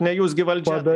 ne jūs gi valdžia